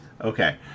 Okay